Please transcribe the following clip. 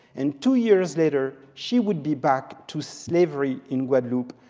and two years later, she would be back to slavery in guadeloupe,